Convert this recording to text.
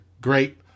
great